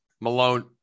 Malone